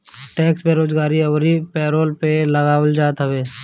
tax बेरोजगारी अउरी payroll पे लगावल जात हवे